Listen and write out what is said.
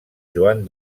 joan